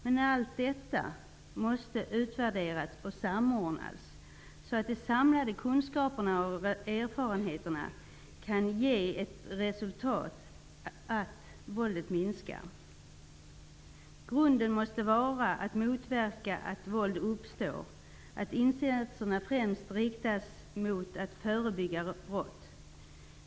Men allt detta måste utvärderas och samordnas, så att de samlade kunskaperna och erfarenheterna kan ge ett resultat: att våldet minskar. Grunden måste vara att motverka att våld uppstår, och insatserna måste främst inriktas mot att förebygga brott.